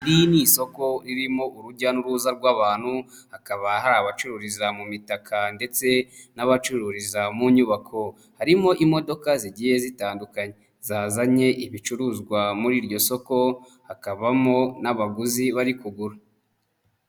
Iri ni isoko ririmo urujya n'uruza rw'abantu hakaba hari abacururiza mu mitaka ndetse n'abacururiza mu nyubako, harimo imodoka zigiye zitandukanye zazanye ibicuruzwa muri iryo soko hakabamo n'abaguzi bari kugura.